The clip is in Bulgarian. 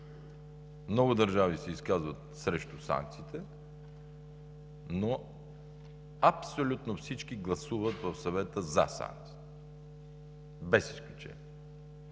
Много държави се изказват срещу санкциите, но абсолютно всички гласуват в Съвета за санкциите, без изключение.